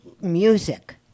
music